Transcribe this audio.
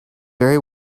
very